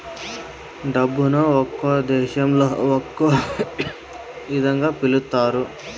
డబ్బును ఒక్కో దేశంలో ఒక్కో ఇదంగా పిలుత్తారు